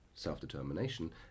self-determination